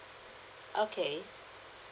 okay